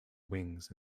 wings